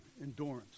endurance